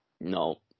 No